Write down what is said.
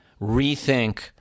rethink